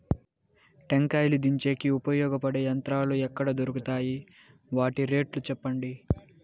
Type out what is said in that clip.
టెంకాయలు దించేకి ఉపయోగపడతాయి పడే యంత్రాలు ఎక్కడ దొరుకుతాయి? వాటి రేట్లు చెప్పండి?